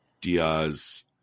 Diaz